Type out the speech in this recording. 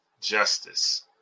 justice